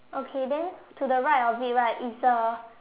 okay then to the right of it right is a